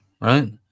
right